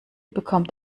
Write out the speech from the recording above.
bekommt